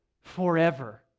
forever